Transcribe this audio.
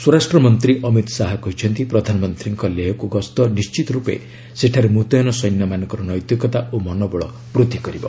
ସ୍ୱରାଷ୍ଟ୍ର ମନ୍ତ୍ରୀ ଅମିତ୍ ଶାହା କହିଛନ୍ତି ପ୍ରଧାନମନ୍ତ୍ରୀଙ୍କ ଲେହ୍କୁ ଗସ୍ତ ନିର୍ଣ୍ଣିତ ରୂପେ ସେଠାରେ ମୁତୟନ ସୈନ୍ୟମାନଙ୍କର ନୈତିକତା ଓ ମନୋବଳ ବୃଦ୍ଧି କରିବ